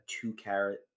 two-carat